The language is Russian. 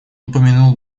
упомянул